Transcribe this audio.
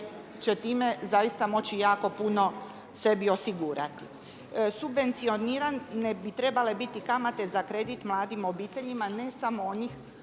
time zaista moći jako puno sebi osigurati. Subvencionirane bi trebale biti kamate za kredit mladim obiteljima ne samo onih